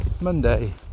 Monday